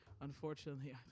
Unfortunately